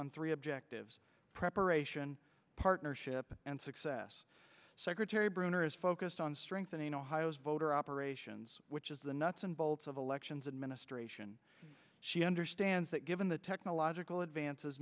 on three objectives preparation partnership and success secretary brunner is focused on strengthening ohio's voter operations which is the nuts and bolts of elections and ministration she understands that given the technological advances